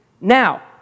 Now